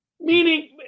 meaning